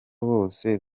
bose